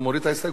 כן, כן.